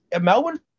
Melbourne